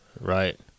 Right